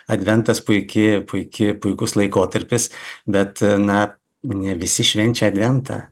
adventas puiki puiki puikus laikotarpis bet na ne visi švenčia adventą